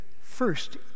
first